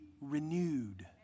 renewed